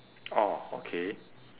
oh okay